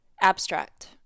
Abstract